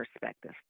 perspective